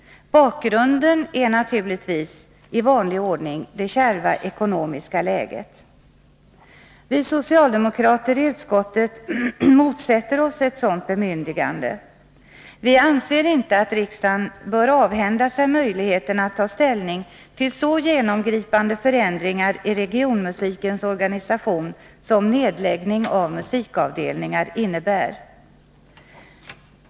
Bakgrunden är naturligtvis — i vanlig ordning —det kärva ekonomiska läget. Vi socialdemokrater i kulturutskottet motsätter oss ett sådant bemyndigande. Vi anser inte att riksdagen bör avhända sig möjligheten att ta ställning till så genomgripande förändringar i regionmusikens organisation som nedläggning av musikavdelningar innebär.